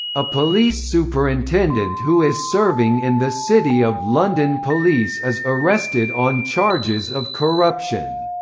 a police superintendent who is serving in the city of london police is arrested on charges of corruption.